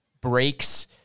breaks